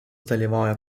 dalyvauja